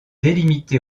délimité